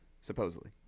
Supposedly